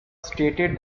stated